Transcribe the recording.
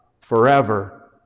forever